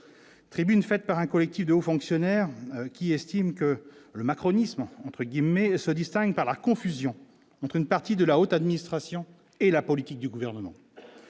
Tribune faite par un collectif de hauts fonctionnaires qui estime que le macronisme, entre guillemets, se distingue par à confusion entre une partie de la haute administration et la politique du gouvernement,